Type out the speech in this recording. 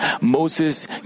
Moses